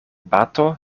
bato